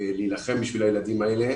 להילחם בשביל הילדים האלה